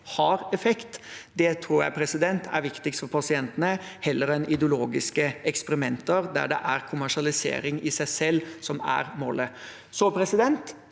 har effekt. Det tror jeg er viktigst for pasientene, heller enn ideologiske eksperimenter der det er kommersialisering i seg selv som er målet. Så har vi